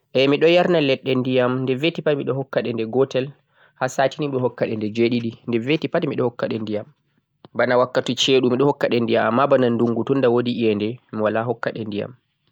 Miɗom yarna leɗɗe ndiyam nde gotel, ha sati nii miɗon hukkaɗe nde jweego